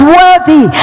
worthy